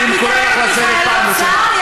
אני קורא אותך לסדר פעם ראשונה.